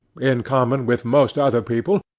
in common with most other people,